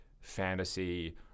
fantasy